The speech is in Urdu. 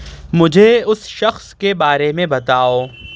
مجھے اس شخص کے بارے میں بتاؤ